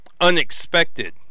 unexpected